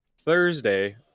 Thursday